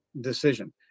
decision